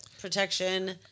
protection